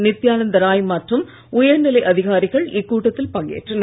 நித்யனந்தா ராய் மற்றும் உயர்நிலை அதிகாரிகள் இக்கூட்டத்தில் பங்கேற்றனர்